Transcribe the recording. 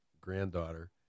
granddaughter